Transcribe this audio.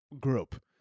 group